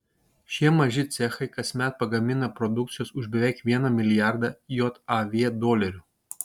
šie maži cechai kasmet pagamina produkcijos už beveik vieną milijardą jav dolerių